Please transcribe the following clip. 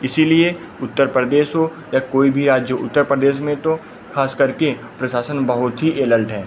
इसीलिए उत्तर प्रदेश हो या कोई भी राज्य जो उत्तर प्रदेश में तो ख़ासकर के प्रशासन बहुत ही एलल्ट है